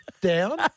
down